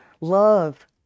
Love